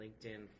LinkedIn